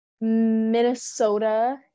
Minnesota